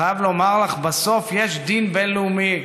אני חייב לומר לך, בסוף יש דין בין-לאומי.